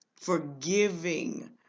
forgiving